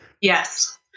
Yes